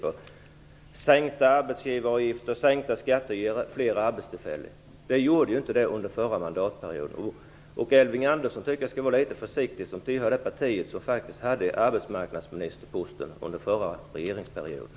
Det var att sänkta arbetsgivaravgifter och sänkta skatter ger flera arbetstillfällen. Det gjorde de inte under den förra mandatperioden. Jag tycker att Elving Andersson skall vara litet försiktig, eftersom han tillhör det parti som hade arbetsmarknadsministerposten under den förra regeringsperioden.